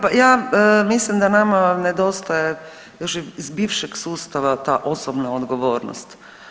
Pa ja mislim da nama nedostaje još iz bivšeg sustava ta osobna odgovornost.